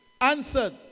answered